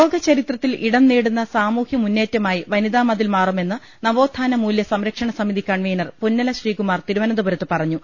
ലോക ചരിത്രത്തിൽ ഇടം നേടുന്ന് സാമൂഹ്യ മുന്നേറ്റമായി വനിതാ മതിൽ മാറുമെന്ന് നവോത്ഥാന മൂല്യ സംരക്ഷണ സമിതി കൺവീനർ പുന്നല ശ്രീകുമാർ തിരുവനന്തപുരത്ത് പറഞ്ഞു